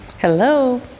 Hello